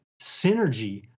synergy